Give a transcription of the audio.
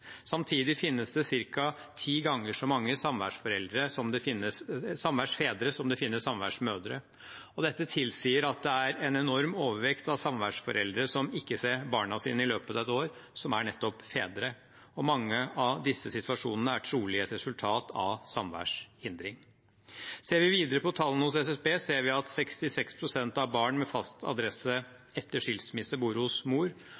Samtidig finnes det ca. ti ganger så mange samværsfedre som det finnes samværsmødre. Dette tilsier at det er en enorm overvekt av samværsforeldre som ikke ser barna sine i løpet av et år, som er nettopp fedre, og mange av disse situasjonene er trolig et resultat av samværshindring. Ser vi videre på tallene fra SSB, ser vi at 66 pst. av barn med fast adresse etter skilsmisse bor hos mor